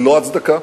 ללא הצדקה.